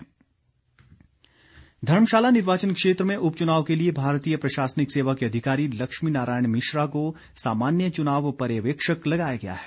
पर्यवेक्षक धर्मशाला निर्वाचन क्षेत्र में उपचुनाव के लिए भारतीय प्रशासनिक सेवा के अधिकारी लक्ष्मी नारायण मिश्रा को सामान्य च्नाव पर्यवेक्षक लगाया गया है